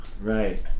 Right